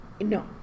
No